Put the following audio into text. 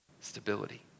Stability